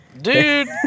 Dude